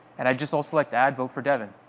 and i'd just also like to add, vote for devon.